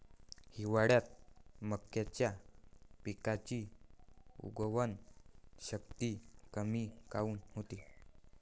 हिवाळ्यात मक्याच्या पिकाची उगवन शक्ती कमी काऊन होते?